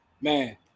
Man